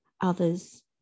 Others